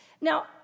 Now